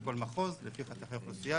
לכל מחוז לפי חתכי אוכלוסייה,